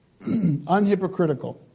Unhypocritical